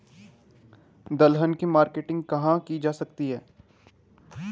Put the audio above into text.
दलहन की मार्केटिंग कहाँ की जा सकती है?